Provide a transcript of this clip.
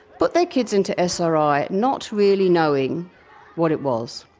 but their kids into sri not really knowing what it was.